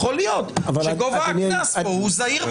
יכול להיות שגובה הקנס הוא זעיר מדי.